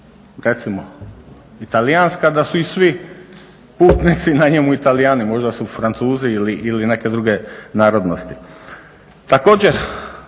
recimo talijanska da su i svi putnici na njemu i Talijani, možda su Francuzi ili neke druge narodnosti.